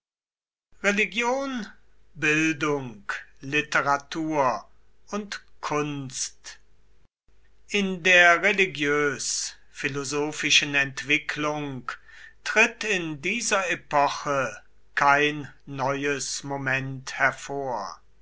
religion bildung literatur und kunst in der religiös philosophischen entwicklung tritt in dieser epoche kein neues moment hervor